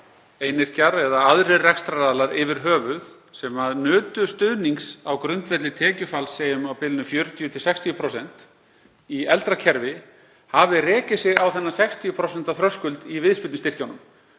einyrkjar eða aðrir rekstraraðilar yfir höfuð, sem nutu stuðnings á grundvelli tekjufalls, segjum á bilinu 40–60% í eldra kerfi, hafi rekið sig á þennan 60% þröskuld í viðspyrnustyrkjunum